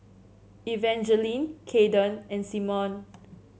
Evangeline Kaden and Simone